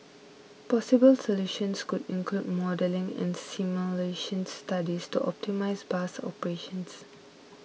possible solutions could include modelling and simulation studies to optimise bus operations